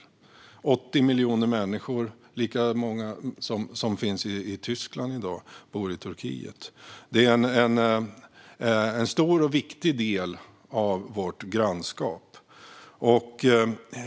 I Turkiet bor 80 miljoner människor, lika många som i Tyskland. Landet är en stor och viktig del av vårt grannskap.